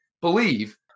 believe